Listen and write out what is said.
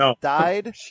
died